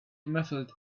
muffled